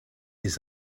his